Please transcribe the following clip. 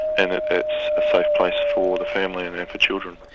and that it's a safe-place for the family and and for children.